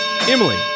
Emily